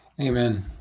Amen